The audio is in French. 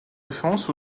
référence